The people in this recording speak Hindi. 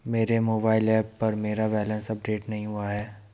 मेरे मोबाइल ऐप पर मेरा बैलेंस अपडेट नहीं हुआ है